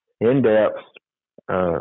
in-depth